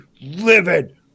livid